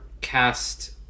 cast